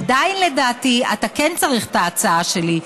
עדיין לדעתי אתה כן צריך את ההצעה שלי,